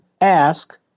ask